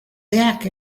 back